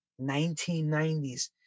1990s